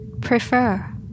Prefer